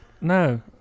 No